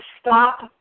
stop